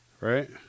right